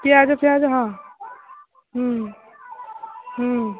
ପିଆଜ ଫିଆଜ ହଁ ହୁଁ ହୁଁ